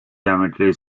geometry